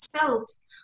soaps